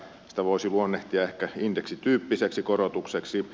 sitä voisi luonnehtia ehkä indeksityyppiseksi korotukseksi